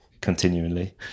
continually